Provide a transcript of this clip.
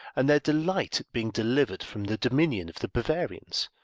and their delight at being delivered from the dominion of the bavarians,